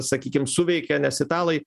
sakykim suveikė nes italai